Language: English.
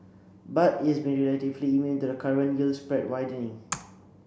but it has been relatively immune to the current yield spread widening